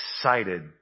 excited